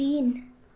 तिन